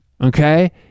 okay